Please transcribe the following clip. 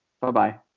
Bye-bye